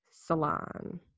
salon